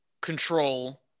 control